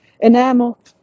enamel